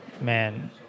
man